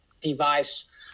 device